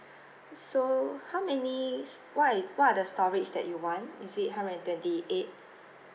so how many what are what are the storage that you want is it hundred and twenty eight